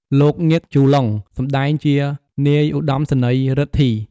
លោក ញឹក ជូឡុង សម្តែងជានាយឧត្តមសេនីយ៍រិទ្ធី។